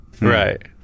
right